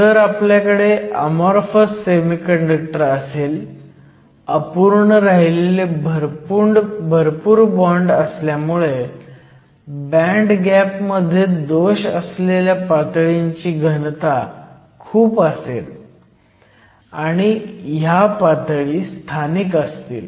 जर आपल्याकडे amorphous semiconductor असेल अपूर्ण राहिलेले भरपूर बॉण्ड असल्यामुळे बँड गॅप मध्ये दोष असलेल्या पातळींची घनता खूप असेल आणि ह्या पातळी स्थानिक असतील